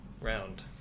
Round